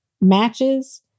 matches